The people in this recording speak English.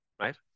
right